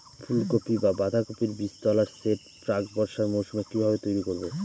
ফুলকপি বা বাঁধাকপির বীজতলার সেট প্রাক বর্ষার মৌসুমে কিভাবে তৈরি করব?